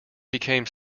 became